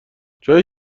جایی